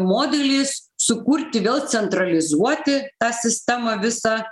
modelis sukurti vėl centralizuoti tą sistemą visą